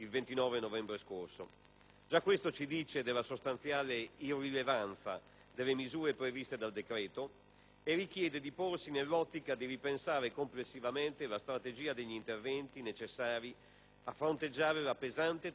Già questo ci indica la sostanziale irrilevanza delle misure previste dal decreto-legge in discussione e richiede di porsi nell'ottica di ripensare complessivamente la strategia degli interventi necessari a fronteggiare la pesante tendenza recessiva in atto.